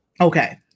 Okay